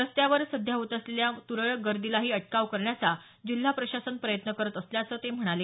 रस्त्यावर सध्या होत असलेल्या त्रळक गर्दीलाही अटकाव करण्याचा जिल्हा प्रशासन प्रयत्न करत असल्याचं ते म्हणाले